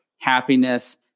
happiness